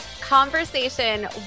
conversation